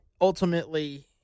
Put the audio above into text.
ultimately